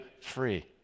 free